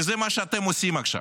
זה מה שאתם עושים עכשיו.